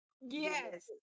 Yes